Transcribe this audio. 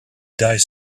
dies